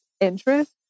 interest